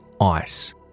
ice